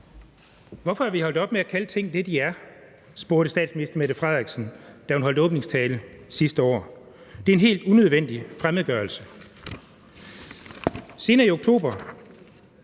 Hvorfor er vi holdt op med at kalde ting for det, de er? spurgte statsministeren, da hun holdt åbningstalen sidste år. Det er en helt unødvendig fremmedgørelse.